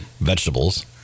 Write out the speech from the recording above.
vegetables